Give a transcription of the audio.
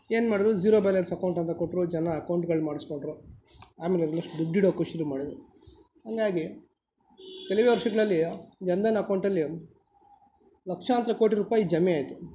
ಏನ್ಮಾಡಿದ್ರು zero balance account ಅಂತ ಕೊಟ್ಟರು ಜನ ಅಕೌಂಟ್ಗಳು ಮಾಡಿಸ್ಕೊಂಡ್ರು ಆಮೇಲೆ ಆಲ್ಮೋಸ್ಟ್ ದುಡ್ಡಿಡೋ ಖುಷಿನ ಮಾಡಿದರು ಹಾಗಾಗಿ ಕೆಲವೇ ವರ್ಷಗಳಲ್ಲಿ ಜನಧನ್ ಅಕೌಂಟಲ್ಲಿ ಲಕ್ಷಾಂತರ ಕೋಟಿ ರೂಪಾಯಿ ಜಮೆ ಆಯಿತು